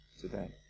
today